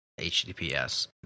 HTTPS